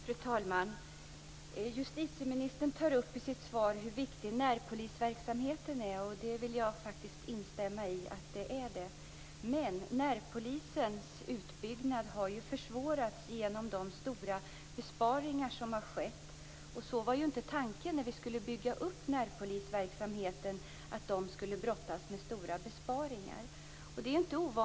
Fru talman! Justitieministern tar i sitt svar upp hur viktig närpolisverksamheten är, och det vill jag instämma i. Men närpolisens utbyggnad har ju försvårats genom de stora besparingar som har skett. Tanken när vi skulle bygga upp närpolisverksamheten var inte att de skulle brottas med stora besparingar.